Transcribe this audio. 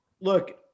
Look